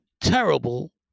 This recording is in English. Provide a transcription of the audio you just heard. terrible